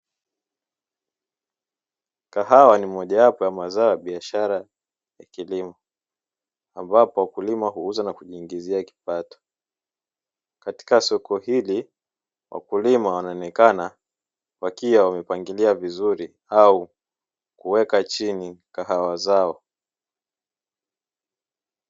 Kahawa ni mojawapo ya mazao ya biashara ya kilimo ambapo wakulima huuza na kujiingizia kipato. Katika soko hili, wakulima wanaonekana wakiwa wamepangilia vizuri au kuweka chini kahawa zao.